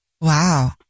Wow